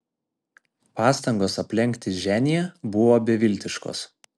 pastangos aplenkti ženią buvo beviltiškos